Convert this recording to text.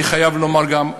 אני חייב לומר גם,